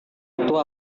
itu